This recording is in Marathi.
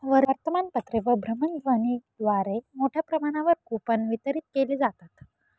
वर्तमानपत्रे व भ्रमणध्वनीद्वारे मोठ्या प्रमाणावर कूपन वितरित केले जातात